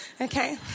Okay